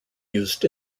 used